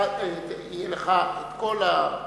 יהיה לך את כל הכבוד.